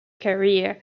career